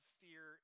fear